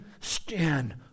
stand